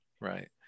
right